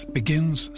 begins